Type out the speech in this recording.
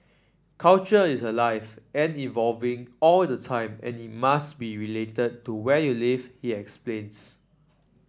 culture is alive and evolving all the time and it must be related to where you live he explains